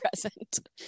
present